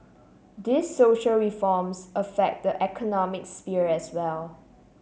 these social reforms affect the economic sphere as well